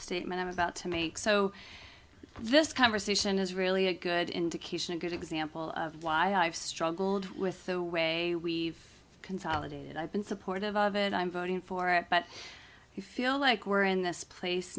statement i'm about to make so this conversation is really a good indication a good example of why i've struggled with the way we've consolidated i've been supportive of it i'm voting for it but i feel like we're in this place